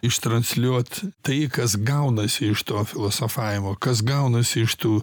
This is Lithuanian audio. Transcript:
ištransliuot tai kas gaunasi iš to filosofavimo kas gaunasi iš tų